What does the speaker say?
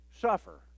suffer